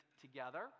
together